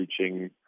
reaching